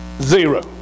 Zero